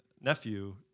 nephew